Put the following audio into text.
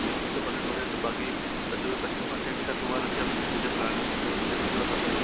पचहत्तर पर्सेन्ट हो गए तो बाकी बचे हुये पच्चीस पर्सेन्ट का तुम्हारा क्या क्या प्लान है तुम उसे कैसे पूरा कर रही हो